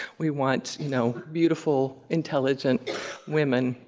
we want you know beautiful, intelligent women.